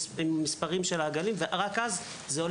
בו מצוין גם מספר העגלים ורק לאחר שקיבל